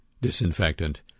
disinfectant